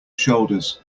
shoulders